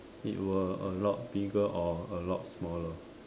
it were a lot bigger or a lot smaller